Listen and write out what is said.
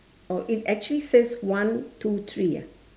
oh it actually says one two three ah